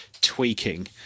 tweaking